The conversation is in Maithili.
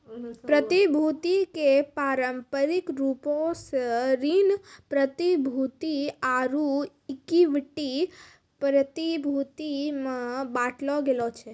प्रतिभूति के पारंपरिक रूपो से ऋण प्रतिभूति आरु इक्विटी प्रतिभूति मे बांटलो गेलो छै